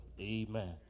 amen